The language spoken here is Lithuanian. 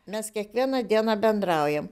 mes kiekvieną dieną bendraujame